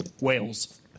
Wales